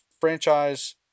franchise